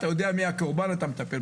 אתה רואה מי הקורבן ומטפל.